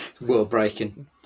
world-breaking